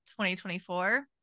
2024